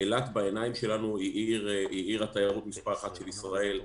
אילת בעינינו היא עיר התיירות מס' אחת של ישראל.